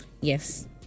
Yes